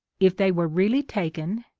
if they were really taken,